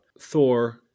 Thor